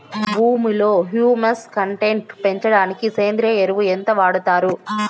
భూమిలో humus content పెంచడానికి సేంద్రియ ఎరువు ఎంత వాడుతారు